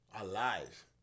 alive